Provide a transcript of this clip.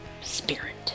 spirit